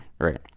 right